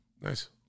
Nice